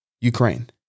Ukraine